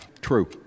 True